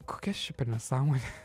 kokia čia per nesąmonė